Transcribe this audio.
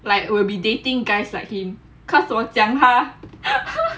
like will be dating guys like him cause 我讲他